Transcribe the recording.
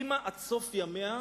אמא, עד סוף ימיה,